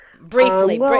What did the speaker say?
Briefly